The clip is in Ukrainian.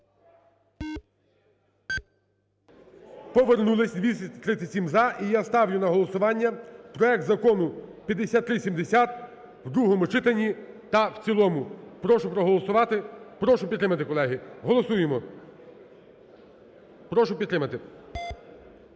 Повернулись. І я ставлю на голосування проект Закону 5370 у другому читанні та в цілому. Прошу проголосувати, прошу підтримати, колеги. Голосуємо. Прошу підтримати.